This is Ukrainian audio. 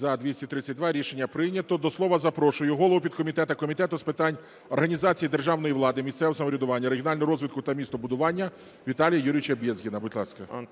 За-232 Рішення прийнято. До слова запрошую голову підкомітету Комітету з питань організації державної влади, місцевого самоврядування, регіонального розвитку та містобудування Віталія Юрійовича Безгіна. Будь ласка.